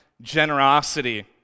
generosity